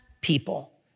people